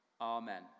Amen